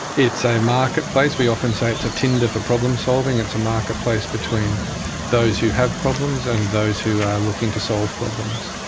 it's a marketplace. we often say it's a tinder for problem solving, it's a marketplace between those who have problems and those who are looking to solve problems.